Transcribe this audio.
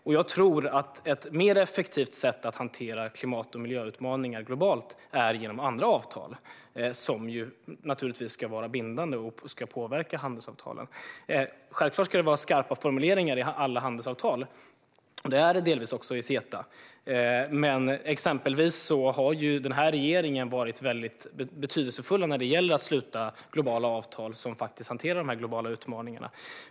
Och jag tror att ett mer effektivt sätt att hantera klimat och miljöutmaningar globalt är genom andra avtal, som ju naturligtvis ska vara bindande och påverka handelsavtalen. Självklart ska det vara skarpa formuleringar i alla handelsavtal, och det är det delvis också i CETA. Exempelvis har den här regeringen varit väldigt betydelsefull när det gäller att sluta globala avtal som hanterar de här globala utmaningarna.